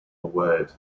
word